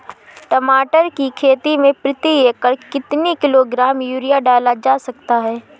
टमाटर की खेती में प्रति एकड़ कितनी किलो ग्राम यूरिया डाला जा सकता है?